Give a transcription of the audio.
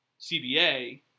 CBA